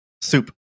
Soup